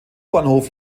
bahnhof